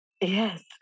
yes